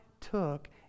took